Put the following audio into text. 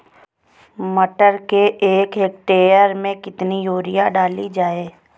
मटर के एक हेक्टेयर में कितनी यूरिया डाली जाए?